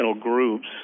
groups